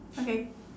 okay